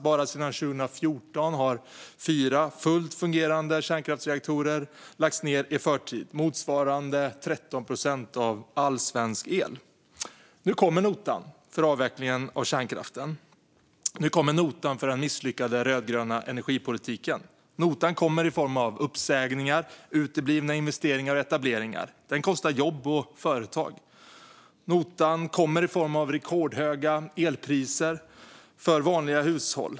Bara sedan 2014 har fyra fullt fungerande kärnkraftsreaktorer lagts ned i förtid, motsvarande 13 procent av all svensk el. Nu kommer notan för avvecklingen av kärnkraften. Nu kommer notan för den misslyckade rödgröna energipolitiken. Notan kommer i form av uppsägningar och uteblivna investeringar och etableringar. Den kostar jobb och företag. Notan kommer i form av rekordhöga elpriser för vanliga hushåll.